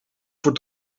voor